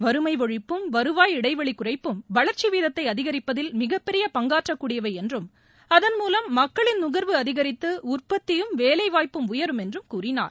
வறுமை ஒழிப்பும் வருவாய் இடைவெளி குறைப்பும் வளர்ச்சி வீதத்தை அதிகரிப்பதில் மிகப்பெரிய பங்காற்ற கூடியவை என்றும் அதன்மூலம் மக்களின் நுகர்வு ்அதிகரித்து உற்பத்தியும் வேலைவாய்ப்பும் உயரும் என்றும் கூறினார்